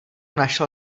našel